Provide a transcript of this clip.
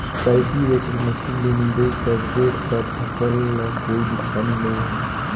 cultivator machine ले निंदई कर बे त फसल ल कोई नुकसानी नई होये